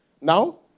now